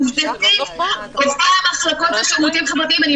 עובדתית עובדי המחלקות לשירותים חברתיים --- לא,